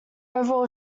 overall